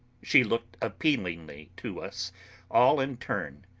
she looked appealingly to us all in turn,